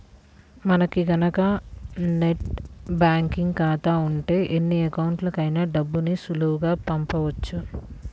మనకి గనక net banking ఖాతా ఉంటే ఎన్ని అకౌంట్లకైనా డబ్బుని సులువుగా పంపొచ్చు